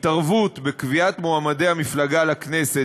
התערבות בקביעת מועמדי המפלגה לכנסת